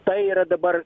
tai yra dabar